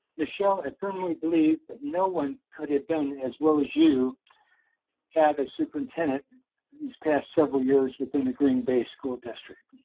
michelle i firmly believe that no one could have done as well as you have as superintendent these past several years within the green bay school district.